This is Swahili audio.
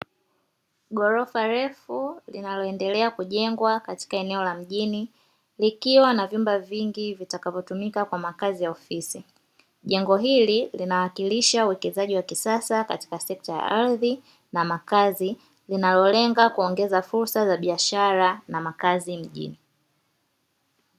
Ghorofa refu linaloendelea kujengwa katika eneo la mjini likiwa na vyumba vingi vitakavyotumika kwa makazi ya ofisi, jengo hili linawakilisha uwekezaji wa kisasa katika sekta ya ardhi na makazi linalolenga kuongeza fursa za biashara na makazi mjini.